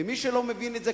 ומי שלא מבין את זה,